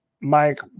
Mike